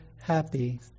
happy